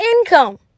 income